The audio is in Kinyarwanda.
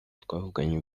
twavuganye